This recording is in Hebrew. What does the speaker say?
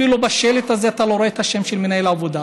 אפילו בשלט הזה אתה לא רואה את השם של מנהל העבודה.